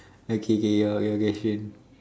okay K your your question